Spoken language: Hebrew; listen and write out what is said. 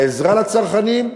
לעזרה לצרכנים,